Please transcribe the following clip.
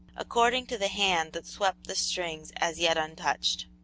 according to the hand that swept the strings as yet untouched.